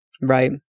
right